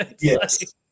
yes